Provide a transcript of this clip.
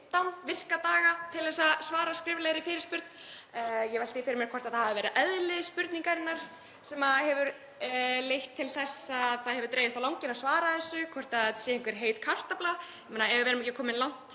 til að svara skriflegri fyrirspurn. Ég velti því fyrir mér hvort það hafi verið eðli spurningarinnar sem hefur leitt til þess að það hefur dregist á langinn að svara þessu, hvort þetta sé einhver heit kartafla. Ef við erum ekki komin langt